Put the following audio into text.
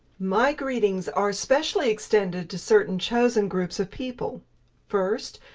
my greetings are specially extended to certain chosen groups of people first,